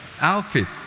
outfit